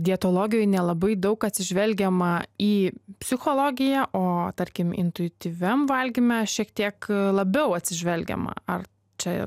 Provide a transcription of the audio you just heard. dietologijoj nelabai daug atsižvelgiama į psichologiją o tarkim intuityviam valgyme šiek tiek labiau atsižvelgiama ar čia